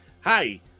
hi